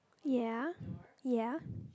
ya ya